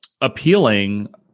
appealing